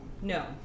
No